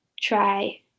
try